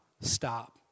stop